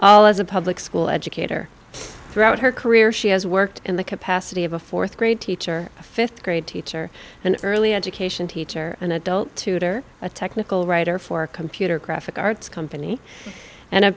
as a public school educator throughout her career she has worked in the capacity of a fourth grade teacher a fifth grade teacher an early education teacher an adult tutor a technical writer for computer graphic arts company and a